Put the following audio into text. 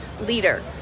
leader